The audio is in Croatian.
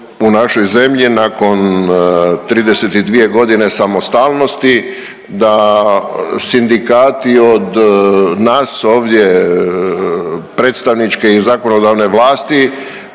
u našoj zemlji nakon 32 godine samostalnosti da sindikati od nas ovdje predstavničke i zakonodavne vlasti